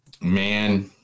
Man